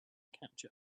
capture